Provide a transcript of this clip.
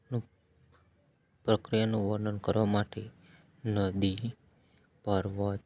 નું પ્રક્રિયાનું વર્નન કરવા માટે નદી પર્વત